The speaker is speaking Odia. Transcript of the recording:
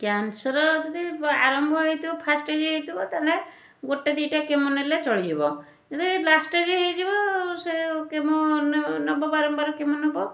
କ୍ୟାନ୍ସର୍ ଯଦି ଆରମ୍ଭ ହେଇଥିବ ଫାଷ୍ଟ୍ ଷ୍ଟେଜ୍ ହେଇଥିବ ତାହାନେ ଗୋଟେ ଦୁଇଟା କେମୋ ନେଲେ ଚଳିଯିବ ଯଦି ଲାଷ୍ଟ୍ ଷ୍ଟେଜ୍ ହେଇଯିବ ସେ କେମୋ ନେ ନେବ ବାରମ୍ବାର କେମୋ ନେବ